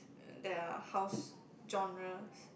uh their house genres